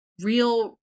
Real